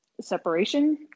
separation